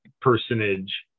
personage